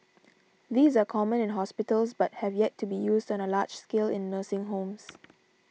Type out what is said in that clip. these are common in hospitals but have yet to be used on a large scale in nursing homes